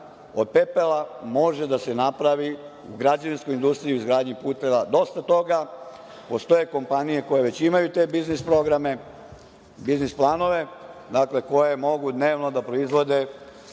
od pepela može da se napravi u građevinskoj industriji, u izgradnji puteva dosta toga. Postoje kompanije koje već imaju te biznis programe, biznis planove, dakle, koje mogu dnevno da proizvode